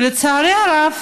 לצערי הרב,